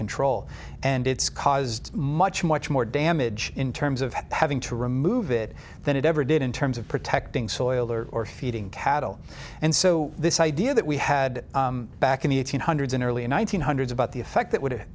control and it's caused much much more damage in terms of having to remove it than it ever did in terms of protecting soil or or feeding cattle and so this idea that we had back in the eighteen hundreds in early one thousand eight hundred about the effect that would